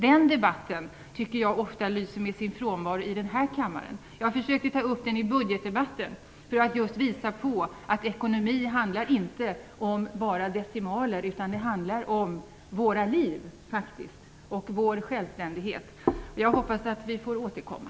Den debatten lyser ofta med sin frånvaro i den här kammaren. Jag försökte ta upp den i budgetdebatten, för att just visa på att ekonomi inte handlar om bara decimaler, utan också om våra liv och vår självständighet. Jag hoppas att vi får återkomma.